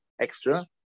extra